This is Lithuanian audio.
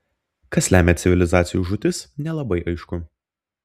kas lemia civilizacijų žūtis nelabai aišku